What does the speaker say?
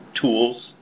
tools